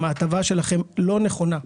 ההטבה שלכם לא נכונה.